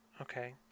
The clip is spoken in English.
okay